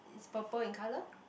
it's purple in colour